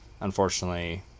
unfortunately